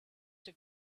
have